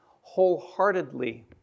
wholeheartedly